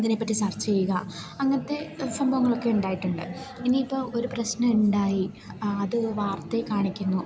അതിനെപ്പറ്റി ചർച്ച ചെയ്യുക അങ്ങനത്തെ സംഭവങ്ങളൊക്കെ ഉണ്ടായിട്ടുണ്ട് ഇനിയിപ്പം ഒരു പ്രശ്നം ഉണ്ടായി അത് വാർത്തയിൽ കാണിക്കുന്നു